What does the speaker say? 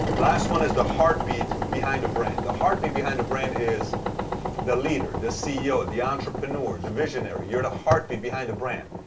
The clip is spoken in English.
last one is the heartbeat behind the brand. the heartbeat behind the brand is the leader. the ceo. the entrepreneur. the visionary. you're the heartbeat behind the brand.